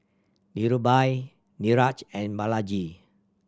Dhirubhai Niraj and Balaji